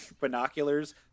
binoculars